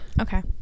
Okay